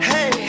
Hey